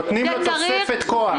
לא מכשילים, נותנים לו תוספת כוח.